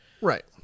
Right